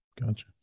Gotcha